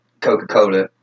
Coca-Cola